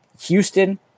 Houston